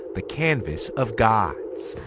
the canvass of gods.